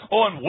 on